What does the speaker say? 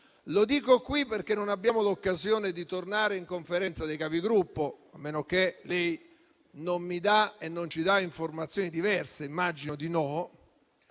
sede perché non abbiamo l'occasione di tornare in Conferenza dei Capigruppo, a meno che lei non ci dia informazioni diverse (ma immagino di no),